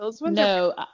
No